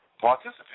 participate